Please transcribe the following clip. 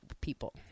people